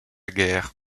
guerre